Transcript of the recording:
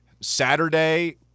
Saturday